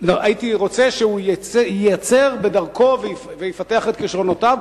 הייתי רוצה שהוא ייצור בדרכו ויפתח את כשרונותיו,